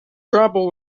grapple